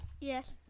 Yes